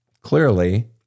Clearly